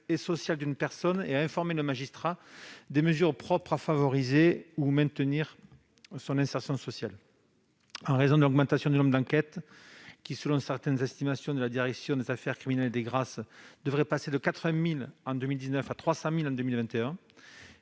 et sociale d'une personne, et à informer le magistrat des mesures propres à favoriser ou à maintenir son insertion sociale. En raison de l'augmentation du nombre d'enquêtes qui, selon certaines estimations de la direction des affaires criminelles et des grâces, devrait passer de 80 000 en 2019 à 300 000 en 2021,